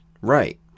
Right